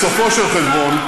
בסופו של חשבון,